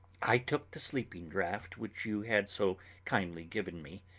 i took the sleeping draught which you had so kindly given me,